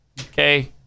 Okay